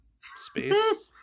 Space